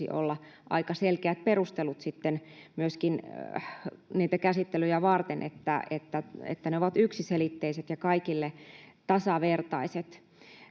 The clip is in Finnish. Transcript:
olla aika selkeät perustelut sitten myöskin niitä käsittelyjä varten, että ne ovat yksiselitteiset ja kaikille tasavertaiset.